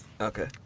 Okay